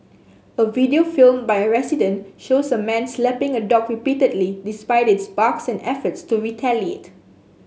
a video filmed by a resident shows a man slapping a dog repeatedly despite its barks and efforts to retaliate